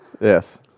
Yes